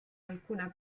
alcuna